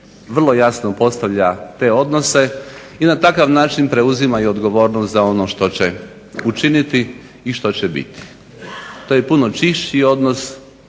vrlo jasno postavlja te odnose i na takav način preuzima i odgovornost za ono što će učiniti i što će biti. To je puno čišći odnos